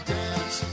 dance